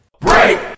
Break